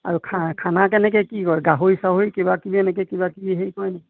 আৰু খা খানা কেনেকৈ কি কৰে গাহৰি চাহৰি কিবা কিবি এনেকৈ কিবা কিবি হেৰি কৰে নি